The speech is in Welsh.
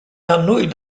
annwyd